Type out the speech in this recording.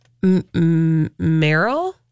Meryl